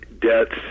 debts